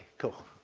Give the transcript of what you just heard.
cool,